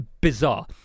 bizarre